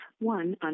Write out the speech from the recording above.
one